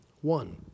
One